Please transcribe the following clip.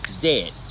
dead